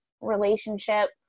relationship